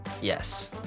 Yes